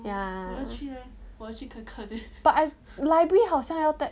ya but I library 好像要 tap